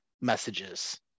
messages